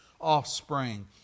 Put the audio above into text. offspring